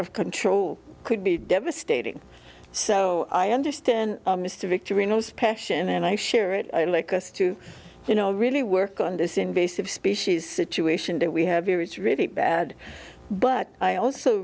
of control could be devastating so i understand mr victory knows passion and i share it i'd like us to you know really work on this invasive species situation that we have here is really bad but i also